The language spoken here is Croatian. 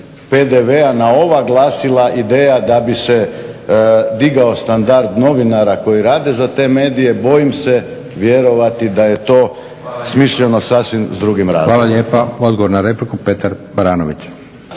PDV-a na ova glasila ideja da bi se digao standard novinara koji rade za te medije. Bojim se vjerovati da je to smišljeno sa sasvim drugim razlozima. **Leko, Josip (SDP)** Hvala lijepa. Odgovor na repliku Petar Baranović.